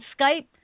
Skype